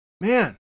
Man